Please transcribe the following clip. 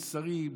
שרים,